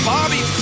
Bobby